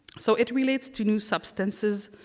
so it relates to new substances,